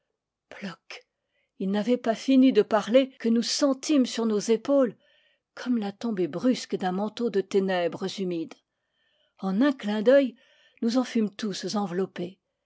ploc il n'avait pas fini de parler que nous sentîmes sur nos épaules comme la tombée brusque d'un manteau de ténèbres humides en un clin d'oeil nous en fûmes tous